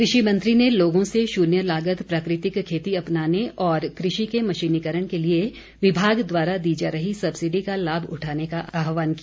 कृषि मंत्री ने लोगों से शून्य लागत प्राकृतिक खेती अपनाने और कृषि के मशीनीकरण के लिए विभाग द्वारा दी जा रही सब्सिडी का लाभ उठाने का आहवान किया